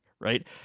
right